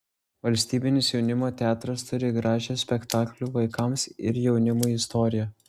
valstybinis jaunimo teatras turi gražią spektaklių vaikams ir jaunimui istoriją